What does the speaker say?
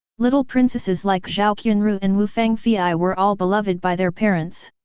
little princesses like zhao qianru and wu fangfei were all beloved by their parents.